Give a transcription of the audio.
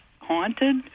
haunted